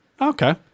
Okay